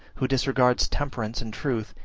who disregards temperance and truth,